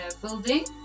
building